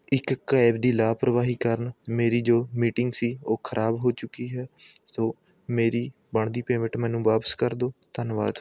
ਇੱਕ ਕੈਬ ਦੀ ਲਾਪਰਵਾਹੀ ਕਾਰਨ ਮੇਰੀ ਜੋ ਮੀਟਿੰਗ ਸੀ ਉਹ ਖ਼ਰਾਬ ਹੋ ਚੁੱਕੀ ਹੈ ਸੋ ਮੇਰੀ ਬਣਦੀ ਪੇਮੈਂਟ ਮੈਨੂੰ ਵਾਪਸ ਕਰ ਦੋ ਧੰਨਵਾਦ